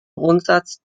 grundsatz